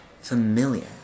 familiar